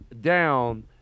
down